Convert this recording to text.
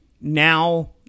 now